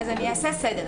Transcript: נעשה סדר.